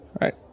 right